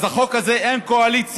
אז בחוק הזה אין קואליציה,